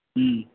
হুম